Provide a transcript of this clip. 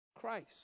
Christ